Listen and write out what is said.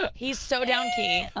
ah he's so down key.